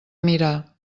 mirar